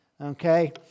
Okay